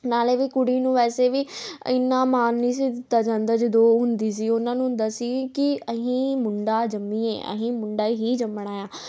ਨਾਲੇ ਵੀ ਕੁੜੀ ਨੂੰ ਵੈਸੇ ਵੀ ਇੰਨਾ ਮਾਨ ਨਹੀਂ ਸੀ ਦਿੱਤਾ ਜਾਂਦਾ ਜਦੋਂ ਉਹ ਹੁੰਦੀ ਸੀ ਉਹਨਾਂ ਨੂੰ ਹੁੰਦਾ ਸੀ ਕਿ ਅਸੀਂ ਮੁੰਡਾ ਜੰਮੀਏ ਅਸੀਂ ਮੁੰਡਾ ਹੀ ਜੰਮਣਾ ਆ